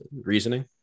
reasoning